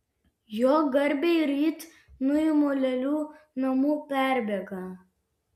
jo garbei ryt nuimu lėlių namų perbėgą